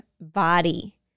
body